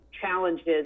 challenges